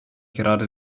gerade